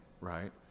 right